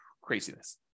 Craziness